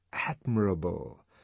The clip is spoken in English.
admirable